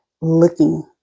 looking